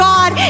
God